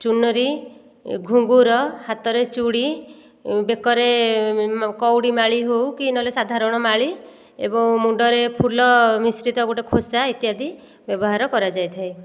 ଚୁନରି ଘୁଙ୍ଗୁର ହାତରେ ଚୁଡ଼ି ବେକରେ କଉଡ଼ି ମାଳି ହଉ କି ନହେଲେ ସାଧାରଣ ମାଳି ଏବଂ ମୁଣ୍ଡରେ ଫୁଲ ମିଶ୍ରିତ ଗୋଟିଏ ଖୋଷା ଇତ୍ୟାଦି ବ୍ୟବହାର କରାଯାଇଥାଏ